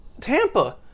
Tampa